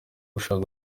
gushaka